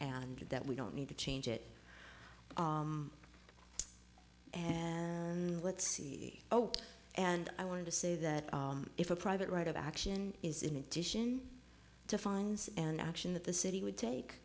and that we don't need to change it and let's see oh and i want to say that if a private right of action is in addition to fines and action that the city would take